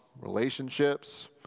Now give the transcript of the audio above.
relationships